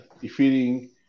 defeating